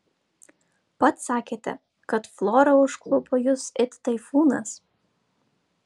pats sakėte kad flora užklupo jus it taifūnas